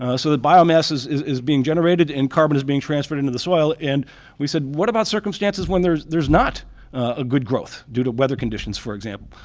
ah so that biomasses is is being generated and carbon is being transferred into the soil and we said what about circumstances when there's there's not a good growth due to weather conditions, for example?